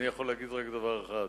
אני יכול להגיד רק דבר אחד.